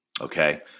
okay